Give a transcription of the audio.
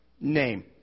name